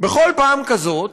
בכל פעם כזאת